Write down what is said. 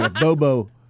Bobo